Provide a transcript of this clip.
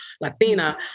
Latina